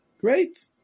Great